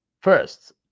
First